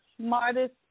smartest